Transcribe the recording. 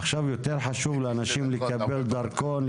עכשיו יותר חשוב לאנשים לקבל דרכון,